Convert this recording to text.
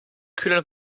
kühlen